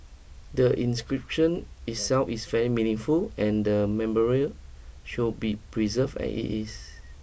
the inscription itself is very meaningful and the memorial should be preserved as it is